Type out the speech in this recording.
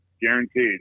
guaranteed